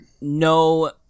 no